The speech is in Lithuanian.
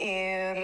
ir